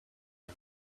and